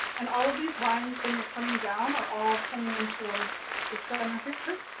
and all of these lines when you're coming down are all coming in towards the center here